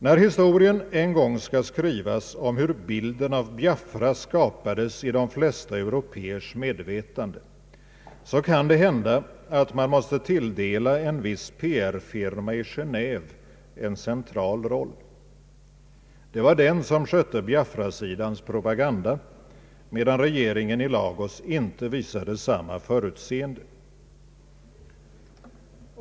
När historien en gång skall skrivas om hur bilden av Biafra skapades i de flesta européers medvetande, kan det hända att man måste tilldela en viss PR-firma i Genéve en central roll. Det var den som skötte Biafrasidans propaganda, medan regeringen i Lagos inte visade samma förutseende.